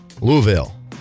Louisville